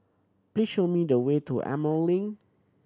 please show me the way to Emerald Link